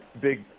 big